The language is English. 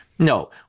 No